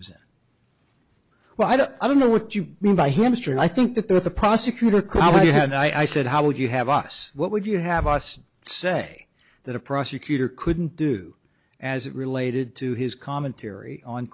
was well i don't i don't know what you mean by hamster and i think that the prosecutor called you and i said how would you have us what would you have us say that a prosecutor couldn't do as it related to his commentary on